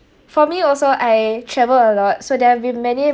for me also I travel a lot so there have been many